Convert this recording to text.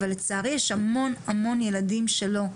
אבל לצערי יש גם המון המון ילדים שלא.